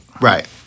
Right